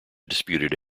disputed